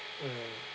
mm